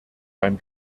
beim